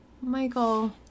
Michael